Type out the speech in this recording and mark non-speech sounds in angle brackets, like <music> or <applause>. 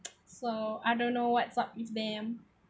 <noise> so I don't know what's up with them